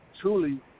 truly